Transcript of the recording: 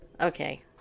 Okay